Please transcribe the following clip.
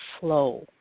flow